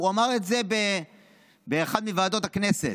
הוא אמר את זה באחת מוועדות הכנסת.